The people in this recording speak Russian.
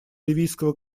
ливийского